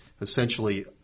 essentially